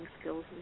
skills